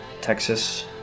texas